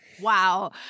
Wow